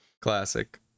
Classic